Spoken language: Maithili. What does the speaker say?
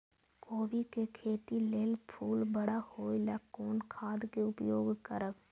कोबी के खेती लेल फुल बड़ा होय ल कोन खाद के उपयोग करब?